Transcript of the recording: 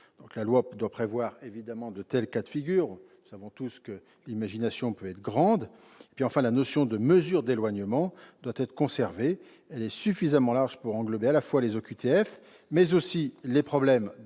La loi doit évidemment prévoir de tels cas de figure. Nous savons tous combien l'imagination peut être grande ... Enfin, la notion de mesure d'éloignement doit être conservée : elle est suffisamment large pour englober à la fois les OQTF et les mesures